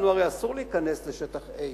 לנו הרי אסור להיכנס לשטח A,